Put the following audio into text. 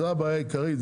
זו הבעיה העיקרית,